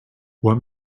what